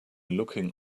looking